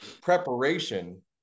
preparation